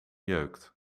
jeukt